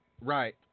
Right